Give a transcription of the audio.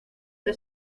que